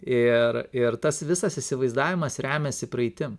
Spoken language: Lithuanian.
ir ir tas visas įsivaizdavimas remiasi praeitim